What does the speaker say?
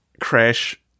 crash